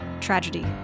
Tragedy